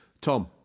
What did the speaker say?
Tom